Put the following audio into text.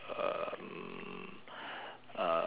um